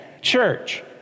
church